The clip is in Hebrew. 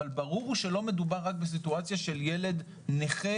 אבל ברור הוא שלא מדובר רק בסיטואציה של ילד נכה,